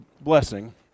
blessing